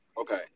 Okay